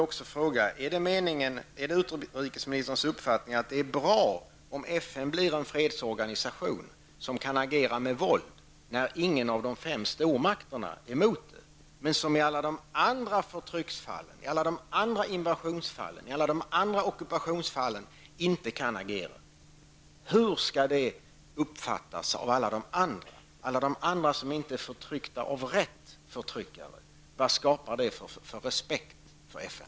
Är det utrikesministerns uppfattning att det är bra om FN blir en fredsorganisation som kan agera med våld när ingen av de fem stormakterna är emot det, men som i alla andra fall av förtryck, invasioner och ockupationer inte kan agera? Hur skall det uppfattas av alla de andra länder som inte är förtryckta av ''rätt'' förtryckare? Vad skapar det för respekt för FN?